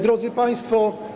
Drodzy Państwo!